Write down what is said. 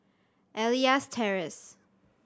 Elias Terrace